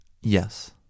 Yes